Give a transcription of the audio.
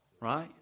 right